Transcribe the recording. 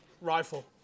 rifle